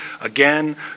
again